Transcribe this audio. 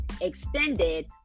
extended